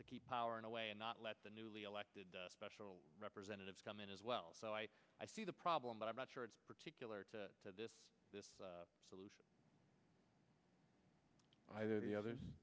to keep power in a way and not let the newly elected special representative come in as well so i i see the problem but i'm not sure it's particular to this this solution either the others